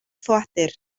ffoadur